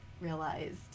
realized